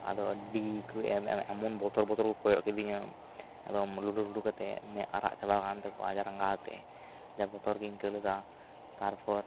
ᱟᱫᱚ ᱟᱹᱰᱤ ᱠᱚ ᱮᱢᱚᱱ ᱮᱢᱚᱱ ᱵᱚᱛᱚᱨ ᱵᱚᱛᱚᱨ ᱠᱚ ᱠᱚᱭᱚᱜ ᱠᱤᱫᱤᱧᱟ ᱟᱫᱚ ᱞᱩᱸᱰᱩ ᱞᱩᱸᱫᱩ ᱠᱟᱛᱮ ᱢᱮᱫ ᱠᱚ ᱟᱨᱟᱜ ᱪᱟᱵᱟᱣ ᱟᱠᱟᱱ ᱛᱟᱠᱚᱣᱟ ᱨᱟᱸᱜᱟᱣ ᱛᱮ ᱡᱟ ᱵᱚᱛᱚᱨ ᱜᱮᱧ ᱟᱹᱭᱠᱟᱹᱣ ᱞᱮᱫᱟ ᱛᱟᱨᱯᱚᱨ